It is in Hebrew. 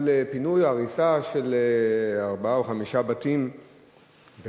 על פינוי או הריסה של ארבעה או חמישה בתים בארץ-ישראל,